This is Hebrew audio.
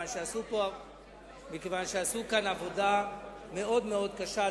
מכיוון שעשו כאן עבודה מאוד קשה.